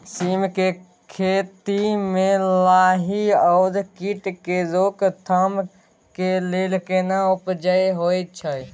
सीम के खेती म लाही आ कीट के रोक थाम के लेल केना उपाय होय छै?